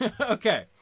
Okay